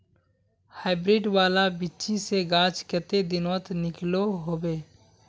Hybrid वाला बिच्ची से गाछ कते दिनोत निकलो होबे?